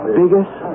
biggest